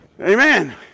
Amen